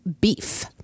Beef